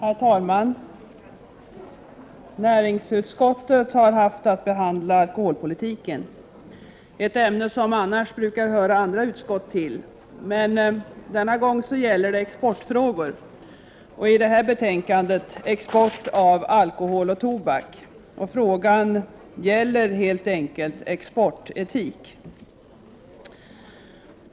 Herr talman! Näringsutskottet har haft att behandla alkoholpolitiken. Det är ett ämne som annars brukar höra andra utskott till, men denna gång gäller det exportfrågor och detta betänkande om export av alkohol och tobak. Frågan gäller helt enkelt exportetik.